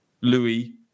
Louis